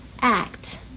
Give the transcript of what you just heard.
act